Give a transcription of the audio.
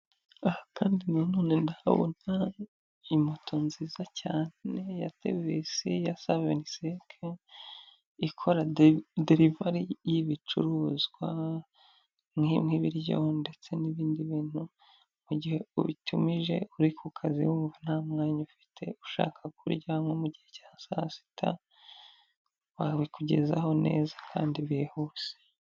Aha kandi nanone kandi ndahabona imoto nziza cyane ya Tevisi ya Saventisenke, ikora derivari y'ibicuruzwa nk'ibiryo ndetse n'ibindi bintu mu gihe ubitumije uri ku kazi wumva nta mwanya ufite, ushaka kurya nko mu gihe cya sasita babikugezaho neza kandi bihuse.